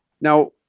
Now